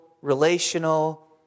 relational